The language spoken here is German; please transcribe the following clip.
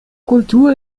kultur